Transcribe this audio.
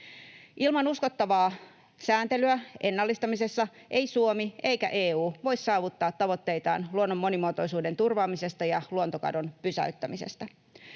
Ilman uskottavaa sääntelyä ennallistamisessa ei Suomi eikä EU voi saavuttaa tavoitteitaan luonnon monimuotoisuuden turvaamisesta ja luontokadon pysäyttämisestä.